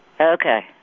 Okay